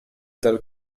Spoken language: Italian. dal